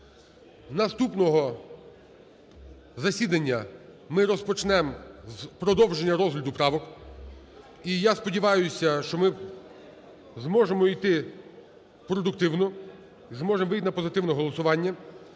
Наступного засідання ми розпочнемо з продовження розгляду правок. І, я сподіваюся, що ми зможемо йти продуктивно і зможемо вийти на позитивне голосування.